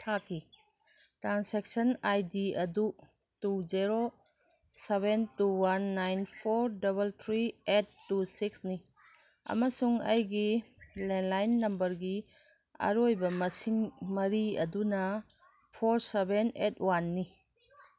ꯊꯥꯈꯤ transaction I D ꯑꯗꯨ two zero seven two one nine four double three eight two ꯁꯤꯛꯁꯅꯤ ꯑꯃꯁꯨꯡ ꯑꯩꯒꯤ ꯂꯦꯟꯂꯥꯏꯟ ꯅꯝꯕꯔꯒꯤ ꯑꯔꯣꯏꯕ ꯃꯁꯤꯡ ꯃꯔꯤ ꯑꯗꯨꯅ ꯐꯣꯔ ꯁꯕꯦꯟ ꯑꯩꯠ ꯋꯥꯟꯅꯤ